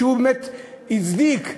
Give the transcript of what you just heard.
שבאמת הצדיק,